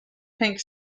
pink